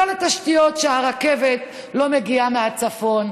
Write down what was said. לא לתשתיות, שהרכבת לא מגיעה מהצפון.